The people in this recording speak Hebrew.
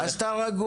--- אז אתה רגוע.